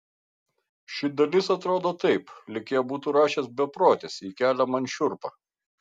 ši dalis atrodo taip lyg ją būtų rašęs beprotis ji kelia man šiurpą